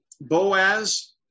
Boaz